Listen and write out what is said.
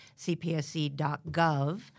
cpsc.gov